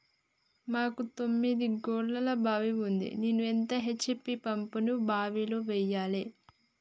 మాకు తొమ్మిది గోళాల బావి ఉంది నేను ఎంత హెచ్.పి పంపును బావిలో వెయ్యాలే?